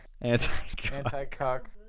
Anti-Cock